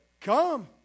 Come